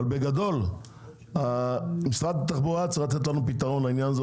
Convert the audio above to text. בגדול משרד התחבורה צריך לתת לנו פתרון לעניין הזה.